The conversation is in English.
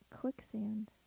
Quicksand